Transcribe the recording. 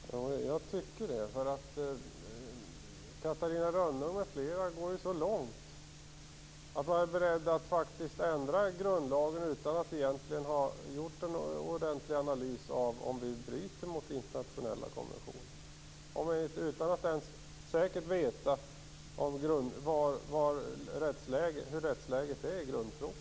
Fru talman! Jag tycker det, därför att Catarina Rönnung m.fl. ju går så långt att de är beredda att faktiskt ändra grundlagen utan att egentligen ha gjort en ordentlig analys av om vi bryter mot internationella konventioner och utan att ens säkert veta hur rättsläget är i grundfrågan.